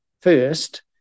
first